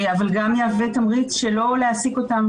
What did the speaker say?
אבל גם יהווה תמריץ שלא להעסיק אותם